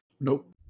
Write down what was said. Nope